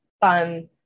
fun